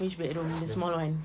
which bedroom the small [one]